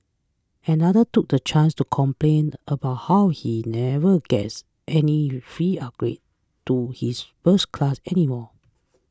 another took the chance to complain about how he never gets any free upgrades to his first class anymore